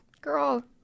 Girl